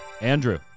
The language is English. Andrew